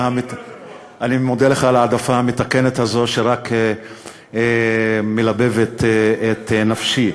אני מודה לך על ההעדפה המתקנת הזו שרק מלבבת את נפשי.